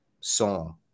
song